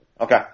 Okay